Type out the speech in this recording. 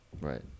Right